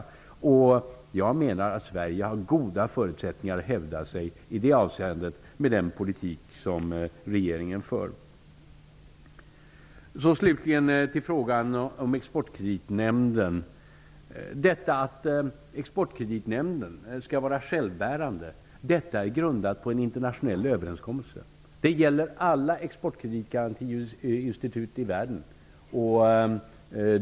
Jag menar att Sverige har goda förutsättningar att hävda sig i det avseendet med den politik som regeringen för. Låt mig slutligen gå över till frågan om Exportkreditnämnden. Att Exportkreditnämnden skall vara självbärande är grundat på en internationell överenskommelse. Det gäller alla exportkreditgarantiinstitut i världen.